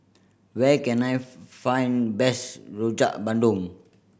where can I find best Rojak Bandung